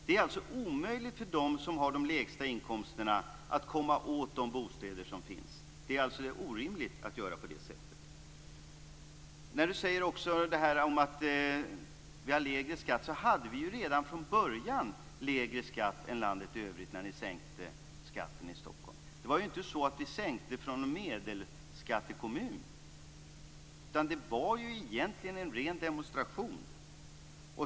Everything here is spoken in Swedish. Det är omöjligt för dem som har de lägsta inkomsterna att komma åt de bostäder som finns. Det är alltså orimligt att göra på det sättet. Stefan Attefall tar också upp det här med att vi har lägre skatt. Vi hade ju redan från början lägre skatt än landet i övrigt när ni sänkte skatten i Stockholm. Det var ju inte så att ni sänkte från nivån hos en medelskattekommun, utan det var egentligen en ren demonstration.